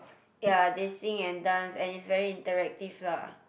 ya they sing and dance and is very interactive lah